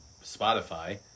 Spotify